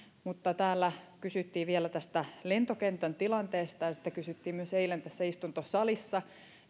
täällä kysyttiin vielä tästä lentokentän tilanteesta ja sitä kysyttiin myös eilen istuntosalissa